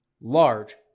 large